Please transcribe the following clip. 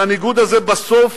והניגוד הזה בסוף,